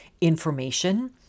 information